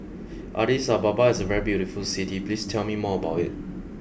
Addis Ababa is a very beautiful city please tell me more about it